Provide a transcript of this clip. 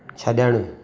छड॒णु